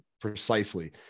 precisely